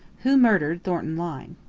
who murdered thornton lyne?